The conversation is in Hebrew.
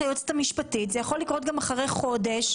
היועצת המשפטית זה יכול להעלות גם אחרי חודש.